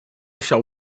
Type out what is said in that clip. shall